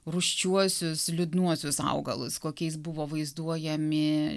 rūsčiuosius liūdnuosius augalus kokiais buvo vaizduojami